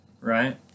right